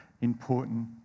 important